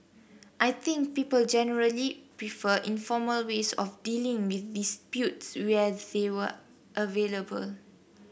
I think people generally prefer informal ways of dealing with disputes where they were available